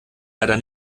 leider